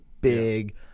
big